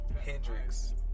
Hendrix